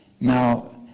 Now